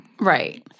Right